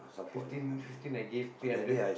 fifteen fifteen I gave three hundred